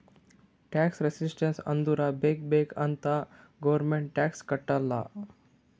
tax resistance ಅಂದುರ್ ಬೇಕ್ ಬೇಕ್ ಅಂತೆ ಗೌರ್ಮೆಂಟ್ಗ್ ಟ್ಯಾಕ್ಸ್ ಕಟ್ಟಲ್ಲ